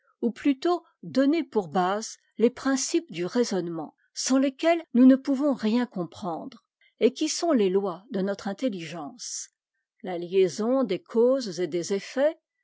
ou plutôt donner pour bases les principes du raisonnement sans lesquels nous ne pouvons rien comprendre et qui sont les lois de notre intelligence la liaison des causes et des effets